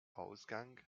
ausgang